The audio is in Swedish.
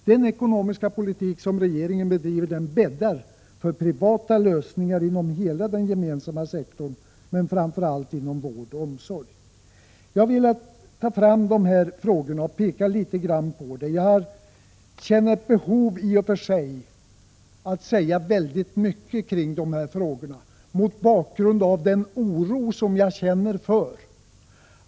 Den ekonomiska politik som regeringen driver bäddar för privata lösningar inom hela den gemensamma sektorn men framför allt inom vård och omsorg. Jag har velat ta fram de här frågorna och peka litet grand på dem. Jag känner i och för sig ett behov av att säga väldigt mycket kring detta, mot bakgrund av den oro som jag känner.